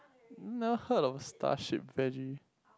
never heard of star shape veggie